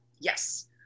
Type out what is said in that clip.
Yes